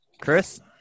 Chris